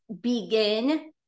begin